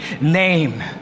name